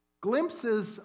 Glimpses